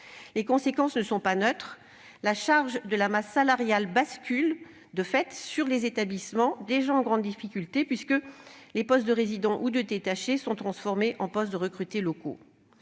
Les conséquences ne sont pas nulles ; la charge de la masse salariale basculera sur les établissements, qui sont déjà en grande difficulté, puisque les postes de résidents ou de détachés sont transformés en des postes de recrutés locaux.